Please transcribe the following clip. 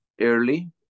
early